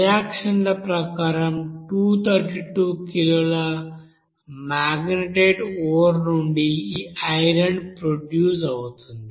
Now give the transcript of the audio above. reaction ల ప్రకారం 232 కిలోల మాగ్నెటైట్ ఓర్ నుండి ఈ ఐరన్ ప్రొడ్యూస్ అవుతుంది